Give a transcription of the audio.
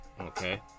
Okay